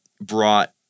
brought